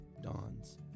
dawns